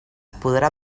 podrà